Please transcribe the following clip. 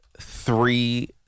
three